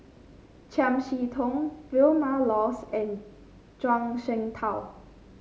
Chiam See Tong Vilma Laus and Zhuang Shengtao